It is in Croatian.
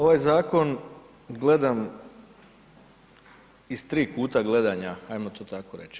Ovaj zakon gledam iz tri kuta gledanja ajmo to tako reći.